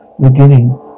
beginning